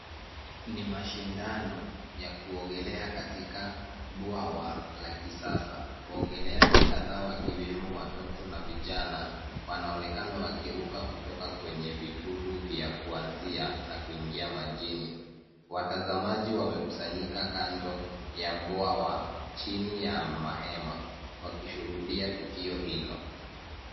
Ni mashindano ya kuogelea katika bwawa la kisasa. Waogeleaji kadhaa wakiwemo watoto na vijana wanaonekana wakiruka kutoka kwenye vitulu vya kuanzia na kuingia majini. Watazamaji wamekusanyika kando ya bwawa chini ya mahema wakishuhudia tukio hilo.